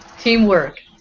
Teamwork